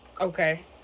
okay